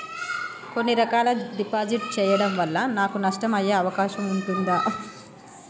కొన్ని రకాల డిపాజిట్ చెయ్యడం వల్ల నాకు నష్టం అయ్యే అవకాశం ఉంటదా?